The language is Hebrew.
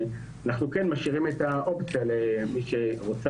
אנחנו כן משאירים את האופציה למי שרוצה